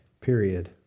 period